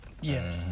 Yes